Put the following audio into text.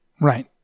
right